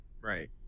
Right